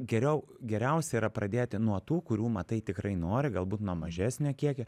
geriau geriausia yra pradėti nuo tų kurių matai tikrai nori galbūt nuo mažesnio kiekio